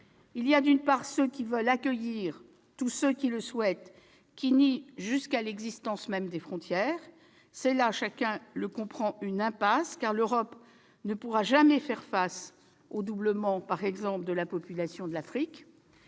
Il y a d'abord ceux qui souhaitent accueillir tous ceux qui veulent venir et nient jusqu'à l'existence même des frontières. C'est là, chacun le comprend, une impasse, car l'Europe ne pourra jamais faire face, par exemple, au doublement de la population de l'Afrique.